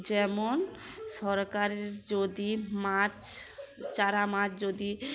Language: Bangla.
যেমন সরকারের যদি মাছ চারা মাছ যদি